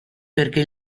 perché